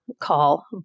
call